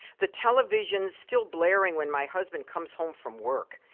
the television's still blaring when my husband comes home from work.